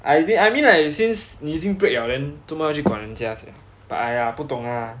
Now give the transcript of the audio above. I mean I mean like since 你已经 break 了 then 怎么要去管人家 sia but !aiya! 不懂 lah